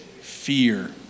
fear